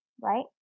right